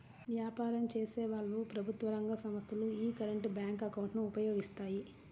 వ్యాపారం చేసేవాళ్ళు, ప్రభుత్వ రంగ సంస్ధలు యీ కరెంట్ బ్యేంకు అకౌంట్ ను ఉపయోగిస్తాయి